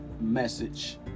message